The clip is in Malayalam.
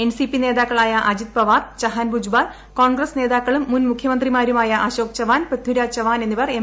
എൻസിപി നേതാക്കളായ അജിത് പവാർ ചഹൻ ബുജ്ബാൽ കോൺഗ്രസ് നേതാക്കളും മുൻ മുഖ്യമന്ത്രിമാരുമായ അശോക് ചവാൻ പൃഥിരാജ് ചവാൻ എന്നിവർ എം